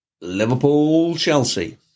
Liverpool-Chelsea